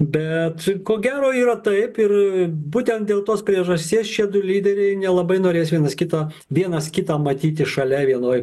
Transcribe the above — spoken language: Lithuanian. bet ko gero yra taip ir būtent dėl tos priežasties šie du lyderiai nelabai norės vienas kitą vienas kitą matyti šalia vienoj